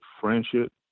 friendship